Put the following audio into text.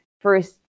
first